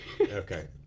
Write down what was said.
Okay